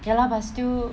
ya lah but still